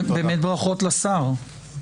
באמת ברכות לשר.